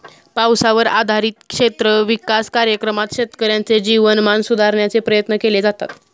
पावसावर आधारित क्षेत्र विकास कार्यक्रमात शेतकऱ्यांचे जीवनमान सुधारण्याचे प्रयत्न केले जातात